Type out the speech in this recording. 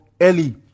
early